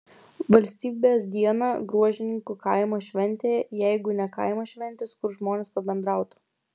valstybės dieną gruožninkų kaimo šventė jeigu ne kaimo šventės kur žmonės pabendrautų